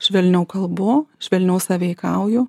švelniau kalbu švelniau sąveikauju